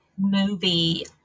movie